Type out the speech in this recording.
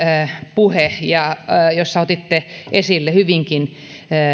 puhe jossa otitte esille hyvinkin